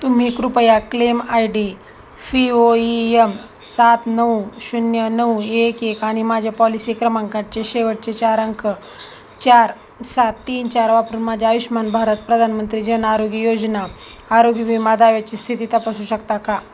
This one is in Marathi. तुम्ही कृपया claim I D F O E M सात नऊ शून्य नऊ एक एक आणि माझ्या पॉलिसी क्रमांकाचे शेवटचे चार अंक चार सात तीन चार वापरून माझ्या आयुष्मान भारत प्रधानमंत्री जन आरोग्य योजना आरोग्य विमा दाव्याची स्थिती तपासू शकता का